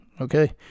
okay